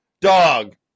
dog